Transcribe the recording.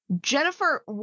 jennifer